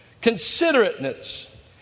Considerateness